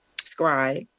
Scribe